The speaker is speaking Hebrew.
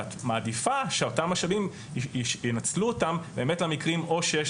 את מעדיפה שאותם משאבים ינצלו אותם באמת למקרים או שיש